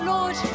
Lord